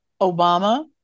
Obama